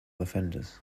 offenders